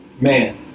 man